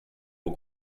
aux